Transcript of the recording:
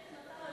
זה החופש